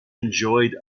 enjoyed